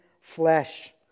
flesh